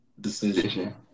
decision